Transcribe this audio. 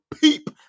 peep